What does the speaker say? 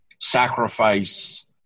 sacrifice